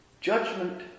Judgment